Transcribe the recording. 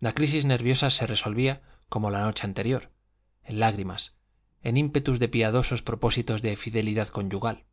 la crisis nerviosa se resolvía como la noche anterior en lágrimas en ímpetus de piadosos propósitos de fidelidad conyugal